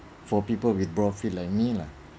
for people with broad feet like me lah